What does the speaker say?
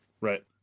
right